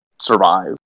survive